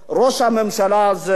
ראש הממשלה הזה,